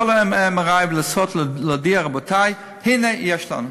ה-MRI ולנסות להודיע: רבותי, הנה יש לנו.